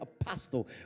apostle